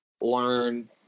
learn